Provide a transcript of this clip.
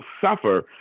suffer